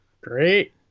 great